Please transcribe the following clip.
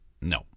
No